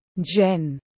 Jen